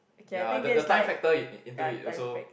ya the the time factor in into it also